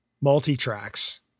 multi-tracks